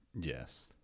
Yes